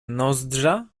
nozdrza